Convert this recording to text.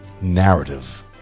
narrative